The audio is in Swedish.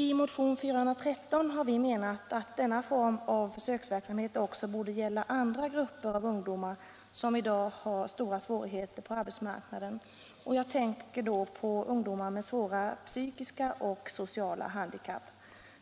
I motion 413 har vi menat att denna form av försöksverksamhet också borde gälla andra grupper av ungdomar som i dag har stora svårigheter på arbetsmarknaden. Jag tänker då på ungdomar med svåra psykiska och sociala handikapp.